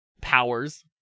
powers